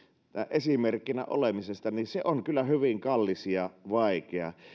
esimerkkinä olemisesta on kyllä hyvin kallis ja vaikea